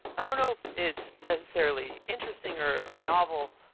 i don't know if it's necessarily interesting, or or novel,